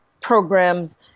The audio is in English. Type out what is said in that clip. programs